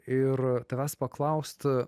ir tavęs paklaust